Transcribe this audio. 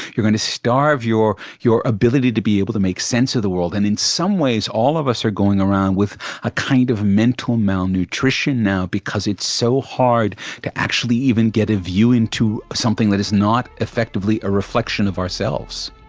you're going to starve your your ability to be able to make sense of the world, and in some ways all of us are going around with a kind of mental malnutrition now because it's so hard to actually even get a view into something that is not effectively a reflection of ourselves.